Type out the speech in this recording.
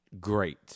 Great